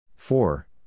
Four